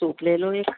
soup لے لو ایک